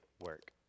work